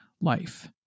life